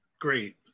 Great